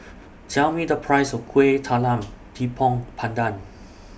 Tell Me The Price of Kueh Talam Tepong Pandan